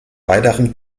weiteren